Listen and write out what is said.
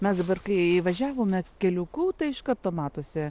mes dabar kai važiavome keliuku tai iš karto matosi